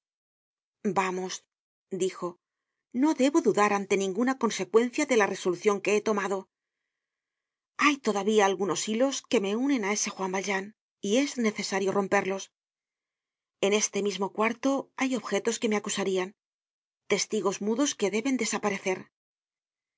vamos dijo no debo dudar ante ningupa consecuencia de la resolucion que he tomado hay todavía algunos hilos que me unen á ese juan valjean y es necesario romperlos en este mismo cuarto hay objetos que me acusarian testigos mudos que deben desaparecer